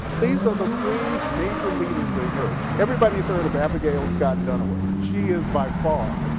these are the three major leaders that emerged. everybody has heard of abigail scott duniway. she is, by far,